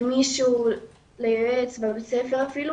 כן יש את האפשרות הזאת ללכת לפסיכולוג אולי מטעם בית ספר,